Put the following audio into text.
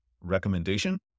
recommendation